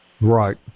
Right